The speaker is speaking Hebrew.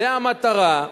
זו המטרה.